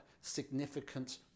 significant